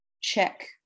check